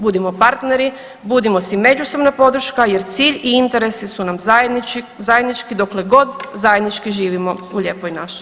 Budimo partneri, budimo si međusobna podrška jer cilj i interesi su nam zajednički dokle god zajednički živimo u lijepoj našoj.